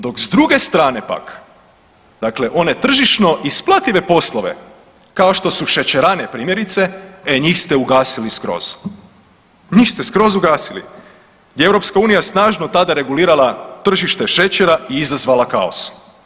Dok s druge strane pak dakle one tržišno isplative poslove kao što su šećerane primjerice, e njih ste ugasili skroz, njih ste skroz ugasili gdje je EU snažno tada regulirala tržište šećera i izazvala kaos.